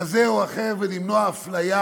כזה או אחר ולמנוע אפליה